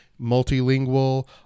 Multilingual